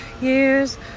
years